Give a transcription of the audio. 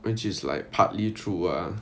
which is like partly true ah